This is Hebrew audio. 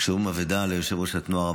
ואבדה ליושב-ראש התנועה,